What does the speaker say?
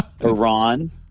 Iran